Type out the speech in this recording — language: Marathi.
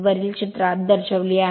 वरील चित्रात दर्शविली आहेत